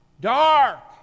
dark